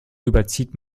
überzieht